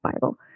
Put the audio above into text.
Bible